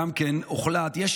הוחלט גם,